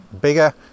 bigger